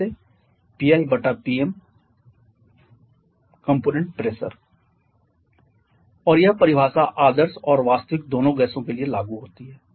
जैसे PiPmcomponent pressure और यह परिभाषा आदर्श और वास्तविक दोनों गैसों के लिए लागू होती है